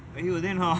!aiyo! then how